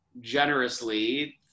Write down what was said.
generously